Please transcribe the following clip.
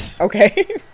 okay